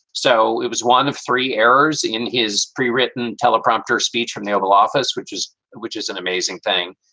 so it was one of three errors in his pre-written teleprompter speech from the oval office, which is which is an amazing thing.